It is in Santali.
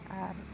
ᱟᱨ